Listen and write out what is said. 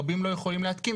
רבים לא יכולים להתקין,